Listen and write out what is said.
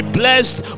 blessed